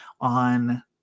on